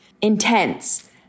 intense